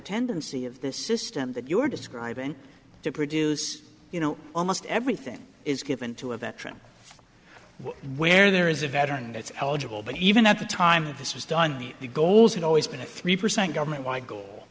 tendency of the system that you're describing to produce you know almost everything is given to a veteran where there is a veteran that's eligible but even at the time of this was done me the goals had always been a three percent government why goal